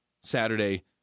Saturday